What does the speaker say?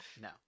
No